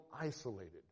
isolated